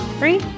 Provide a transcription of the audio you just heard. Three